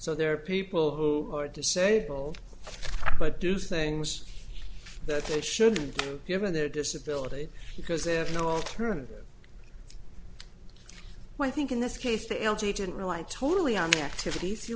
so there are people who are disabled but do things that they should be given their disability because they have no alternative i think in this case the l g didn't rely totally on their activities